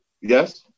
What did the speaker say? yes